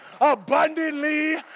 abundantly